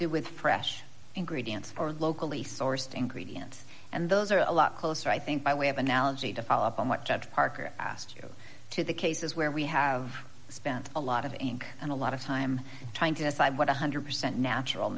do with fresh ingredients are locally sourced ingredients and those are a lot closer i think by way of analogy to follow up on what judge parker asked you to the cases where we have spent a lot of ink and a lot of time trying to decide what one hundred percent natural